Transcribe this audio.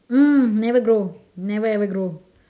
mm never grow never ever grow